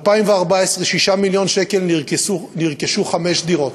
2014, 6 מיליון שקל, נרכשו חמש דירות.